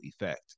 effect